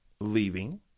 leaving